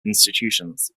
institutions